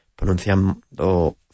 pronunciando